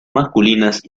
masculinas